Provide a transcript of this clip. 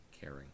caring